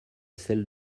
celle